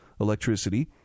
electricity